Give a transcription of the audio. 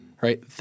Right